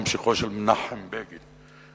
ממשיכו של מנחם בגין,